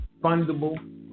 fundable